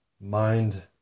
mind